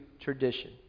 tradition